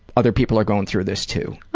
other people are going through this too.